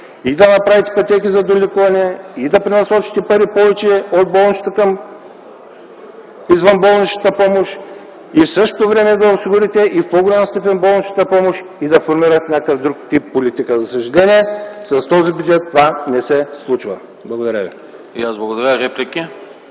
и да направите пътеки за долекуване, и да пренасочите повече пари от болничната към извънболничната помощ, и в същото време да осигурите и в по-голяма степен болничната помощ и да формирате някакъв друг тип политика. За съжаление с този бюджет това не се случва. Благодаря.